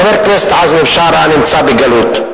חבר הכנסת עזמי בשארה נמצא בגלות.